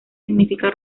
significa